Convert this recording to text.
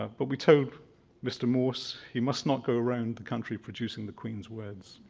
ah but we told mr. morse he must not go round the country producing the queen's words